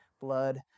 blood